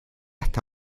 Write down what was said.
está